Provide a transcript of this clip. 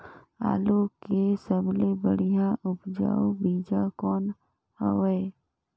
आलू के सबले बढ़िया उपजाऊ बीजा कौन हवय?